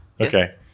Okay